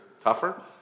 tougher